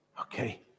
okay